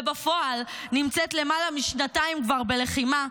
ובפועל היא נמצאת למעלה משנתיים כבר בלחימה,